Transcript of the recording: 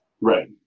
right